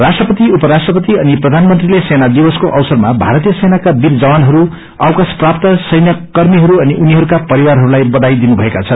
राष्ट्रपति उपराष्ट्रपति अनि प्रधानमंत्रीले सेना दिक्को अवसरमा भारतीय सेनाका वीर जवानहरूअवकाशप्राप्त सैन्यकर्मीहरू अनि उनीहरूका परिवारहस्लाइबबाई दिनु भएका छन्